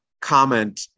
comment